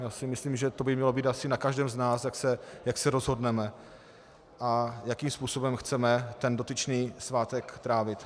Já si myslím, že to by mělo být asi na každém z nás, jak se rozhodneme a jakým způsobem chceme dotyčný svátek trávit.